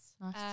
Nice